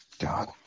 God